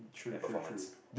and performance